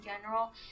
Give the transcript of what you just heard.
general